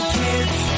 kids